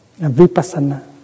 Vipassana